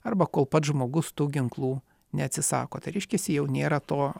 arba kol pats žmogus tų ginklų neatsisako tai reiškiasi jau nėra to